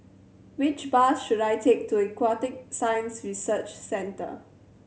which bus should I take to Aquatic Science Research Centre